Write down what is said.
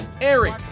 eric